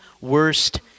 worst